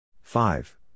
five